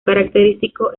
característico